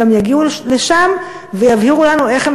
גם יגיעו לשם ויבהירו לנו איך הן